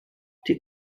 die